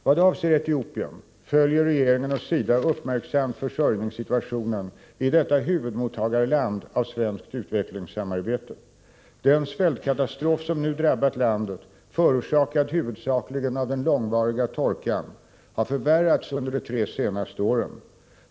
Vad avser Etiopien följer regeringen och SIDA uppmärksamt försörjningssituationen i detta huvudmottagarland av svenskt utvecklingssamarbete. Den svältkatastrof som nu drabbat landet, förorsakad huvudsakligen av den långvariga torkan, har förvärrats under de tre senaste åren.